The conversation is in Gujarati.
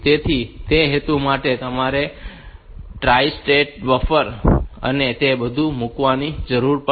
તેથી તે હેતુ માટે તમારે ટ્રાઇ સ્ટેટ બફર અને તે બધું મૂકવાની જરૂર પડે છે